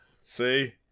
See